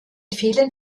vielen